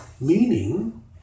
meaning